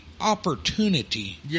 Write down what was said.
opportunity